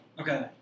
Okay